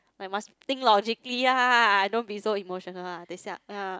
I must think logically lah don't be so emotional lah 等一下 ya